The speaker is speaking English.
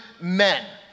men